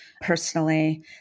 personally